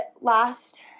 last